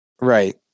Right